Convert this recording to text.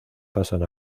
pasan